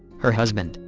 her husband,